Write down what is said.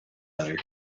other